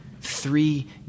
three